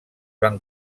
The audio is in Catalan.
van